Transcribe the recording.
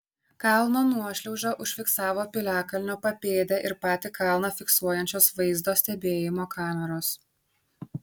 kalno nuošliaužą užfiksavo piliakalnio papėdę ir patį kalną fiksuojančios vaizdo stebėjimo kameros